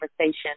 conversation